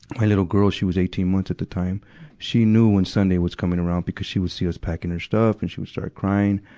my little girl she was eighteen months at the time she knew when sunday was coming around, because she would see us packing her stuff and she would start crying.